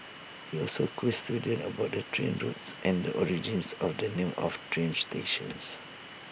he also quizzed students about the train routes and the origins of the names of train stations